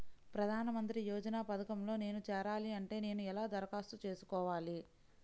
ప్రధాన మంత్రి యోజన పథకంలో నేను చేరాలి అంటే నేను ఎలా దరఖాస్తు చేసుకోవాలి?